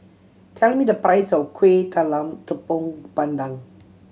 tell me the price of Kuih Talam Tepong Pandan